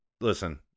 Listen